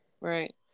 Right